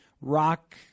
Rock